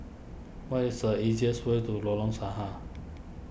what is the easiest way to Lorong Sahad